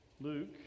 Luke